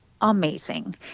amazing